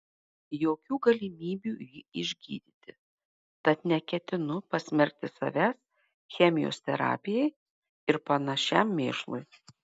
jokių galimybių jį išgydyti tad neketinu pasmerkti savęs chemijos terapijai ir panašiam mėšlui